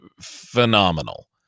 phenomenal